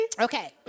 Okay